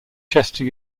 chester